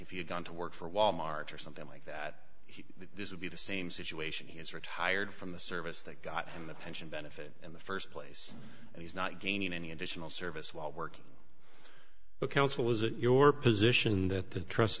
if you had gone to work for wal mart or something like that he this would be the same situation he has retired from the service that got him the pension benefit in the st place and he's not gaining any additional service while working but counsel was it your position that t